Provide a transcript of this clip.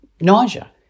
nausea